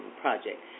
project